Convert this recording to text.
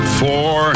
four